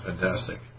fantastic